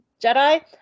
Jedi